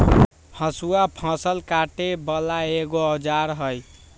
हसुआ फ़सल काटे बला एगो औजार हई